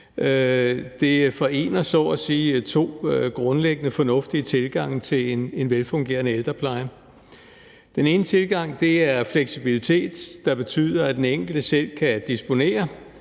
Det forener så at sige to grundlæggende fornuftige tilgange til en velfungerende ældrepleje. Den ene tilgang er fleksibilitet, der betyder, at den enkelte selv kan disponere